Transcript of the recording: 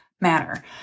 manner